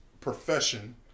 profession